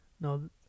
No